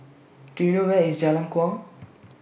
Do YOU know Where IS Jalan Kuang